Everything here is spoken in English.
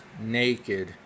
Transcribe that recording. naked